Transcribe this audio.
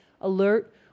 alert